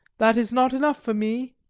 that is not enough for me.